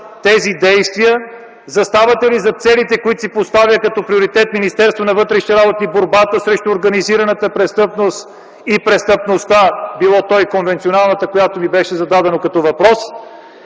тези действия? Заставате ли зад целите, които си поставя като приоритет Министерството на вътрешните работи – борбата срещу организираната престъпност и престъпността, било то и конвенционалната, което ми беше зададено като въпрос?